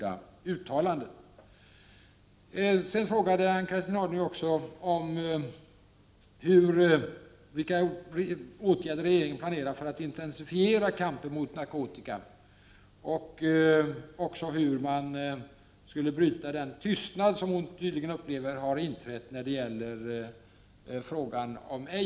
Ann-Cathrine Haglund frågade också vilka åtgärder regeringen planerar för att intensifiera kampen mot narkotika och hur man skulle bryta den tystnad som hon tydligen upplever har inträtt när det gäller frågan om aids.